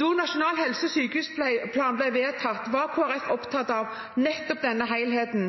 Da Nasjonal helse- og sykehusplan ble vedtatt, var Kristelig Folkeparti opptatt av nettopp denne helheten.